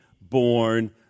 born